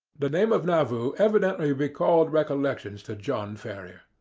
the name of nauvoo evidently recalled recollections to john ferrier.